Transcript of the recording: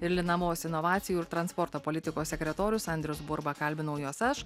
ir linavos inovacijų ir transporto politikos sekretorius andrius burba kalbinau juos aš